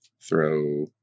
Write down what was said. throw